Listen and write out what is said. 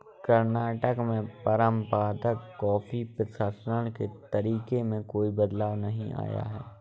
कर्नाटक में परंपरागत कॉफी प्रसंस्करण के तरीके में कोई बदलाव नहीं आया है